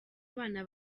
abana